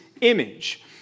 image